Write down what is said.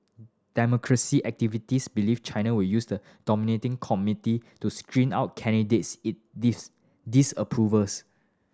democracy activists believe China will use the nominating committee to screen out candidates it this disapproves